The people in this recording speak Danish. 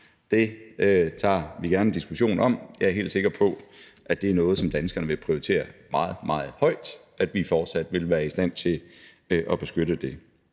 Det tager vi gerne diskussionen om. Jeg er helt sikker på, at danskerne vil prioritere meget, meget højt, at vi fortsat vil være i stand til at beskytte det